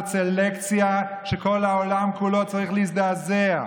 סלקציה שכל העולם כולו צריך להזדעזע,